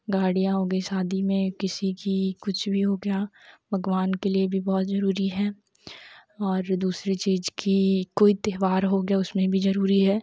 गाड़िया हो गई शादी में किसी की कुछ भी हो गया भगवान के लिए भी बहुत ज़रुरी है और दूसरी चीज़ की कोई त्यौहार हो गया उसमें भी ज़रुरी है